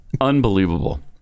Unbelievable